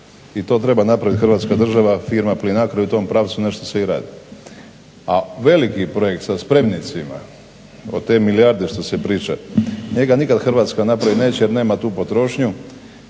i to treba napravit hrvatska država, firma PLINACRO i u tom pravcu nešto se i radi. A veliki projekt sa spremnicima od te milijarde što se priča. Njega nikad Hrvatska napravit neće jer nema tu potrošnju.